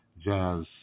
jazz